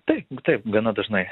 taip taip gana dažnai